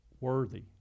worthy